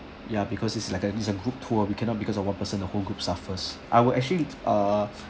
ya because it's like a it's a group tour we cannot because of one person the whole group suffers I will actually err